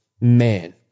Man